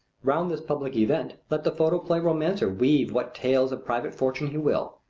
round this public event let the photoplay romancer weave what tales of private fortune he will,